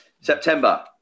September